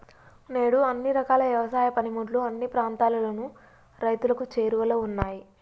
నేడు అన్ని రకాల యవసాయ పనిముట్లు అన్ని ప్రాంతాలలోను రైతులకు చేరువలో ఉన్నాయి